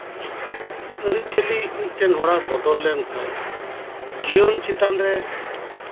ᱟᱹᱨᱤᱪᱟᱞᱤ ᱢᱤᱫᱴᱮᱡ ᱦᱚᱲᱟᱜ ᱵᱚᱫᱚᱞ ᱞᱮᱱ ᱠᱷᱟᱡ ᱡᱤᱭᱚᱱ ᱪᱮᱛᱟᱱ ᱨᱮ